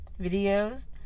videos